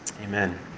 amen